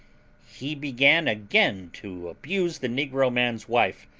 he began again to abuse the negro man's wife,